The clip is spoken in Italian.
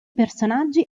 personaggi